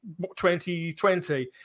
2020